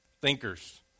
thinkers